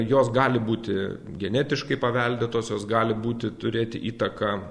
jos gali būti genetiškai paveldėtosios gali būti turėti įtaką